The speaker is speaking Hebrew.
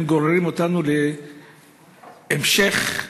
הם גוררים אותנו להמשך היאבקות,